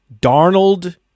Darnold